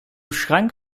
schrank